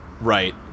Right